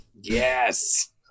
Yes